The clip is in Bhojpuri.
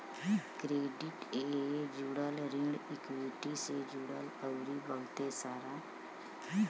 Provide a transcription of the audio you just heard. क्रेडिट ए जुड़ल, ऋण इक्वीटी से जुड़ल अउर बहुते सारा